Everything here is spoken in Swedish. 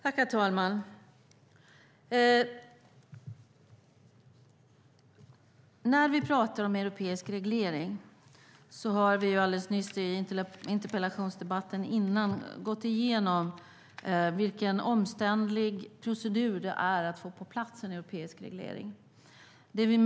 Herr talman! I den tidigare interpellationsdebatten gick vi igenom vilken omständlig procedur det är att få en europeisk reglering på plats.